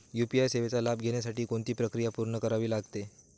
UPI सेवेचा लाभ घेण्यासाठी कोणती प्रक्रिया पूर्ण करावी लागते?